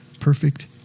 perfect